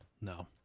no